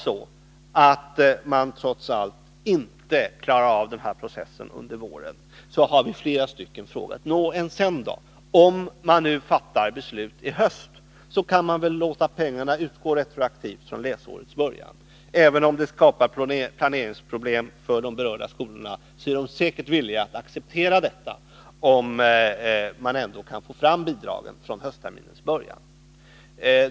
Om man trots allt inte klarar av den här processen under våren, har flera av oss frågat: Om man fattar beslut i höst, kan man då låta pengarna utgå retroaktivt från läsårets början? Även om det skapar planeringsproblem för de berörda skolorna, är de säkert villiga att acceptera detta, om man ändå kan få fram bidragen från höstterminens början.